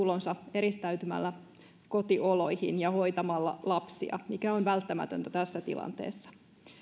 eristäytymällä kotioloihin ja hoitamalla lapsia mikä on välttämätöntä tässä tilanteessa